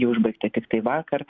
ji užbaigta tiktai vakar